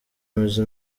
amaze